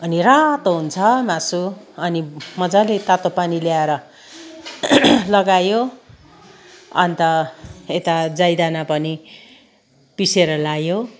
अनि रातो हुन्छ मासु अनि मजाले तातो पानी ल्याएर लगायो अन्त यता जाइदाना पनि पिसेर लायो